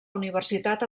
universitat